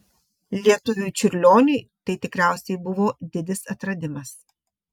lietuviui čiurlioniui tai tikriausiai buvo didis atradimas